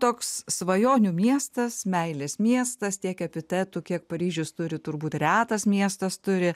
toks svajonių miestas meilės miestas tiek epitetų kiek paryžius turi turbūt retas miestas turi